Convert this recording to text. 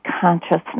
consciousness